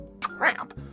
tramp